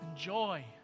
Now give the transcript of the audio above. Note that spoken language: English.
joy